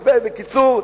" בקיצור,